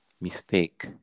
mistake